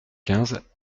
quinze